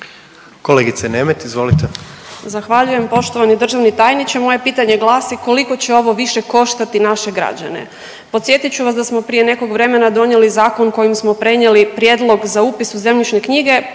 Katarina (IDS)** Zahvaljujem poštovani državni tajniče. Moje pitanje glasi koliko će ovo više koštati naše građane? Podsjetit ću vas da smo prije nekog vremena donijeli zakon kojim smo prenijeli prijedlog za upis u zemljišne knjige